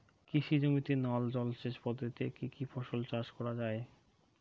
কৃষি জমিতে নল জলসেচ পদ্ধতিতে কী কী ফসল চাষ করা য়ায়?